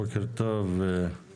בוקר טוב לכולם.